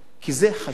כי זה חשמל.